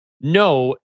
No